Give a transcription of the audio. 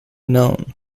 known